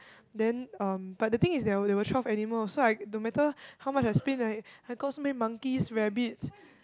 then um but the thing is there were there were twelve animals so I no matter how much I spin like I got so many monkeys rabbits